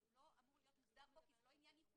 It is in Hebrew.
הוא לא אמור להיות מוסדר פה כי זה לא עניין ייחודי